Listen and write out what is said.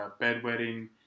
bedwetting